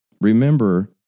Remember